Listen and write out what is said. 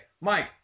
Mike